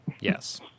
Yes